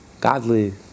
godly